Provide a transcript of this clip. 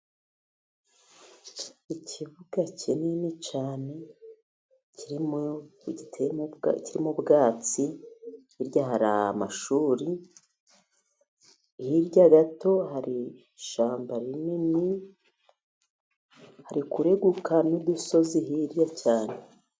Ikibuga kinini cyane kirimo ubwatsi, hiryari hari amashuri, hirya gato hari ishyamba rinini, hari kureguka n'udusozi hirya cyane.